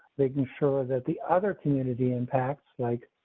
making sure that the other community impacts, like,